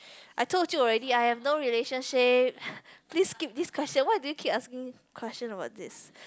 I told you already I have no relationship please skip this question why do you keep asking me question about this